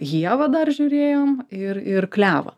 ieva dar žiūrėjom ir ir klevą